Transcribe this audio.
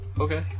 Okay